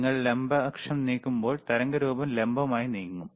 നിങ്ങൾ ലംബ അക്ഷം നീക്കുമ്പോൾ തരംഗരൂപം ലംബമായി നീങ്ങും